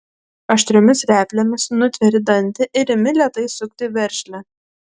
aštriomis replėmis nutveri dantį ir imi lėtai sukti veržlę